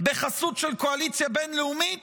בחסות של קואליציה בין-לאומית?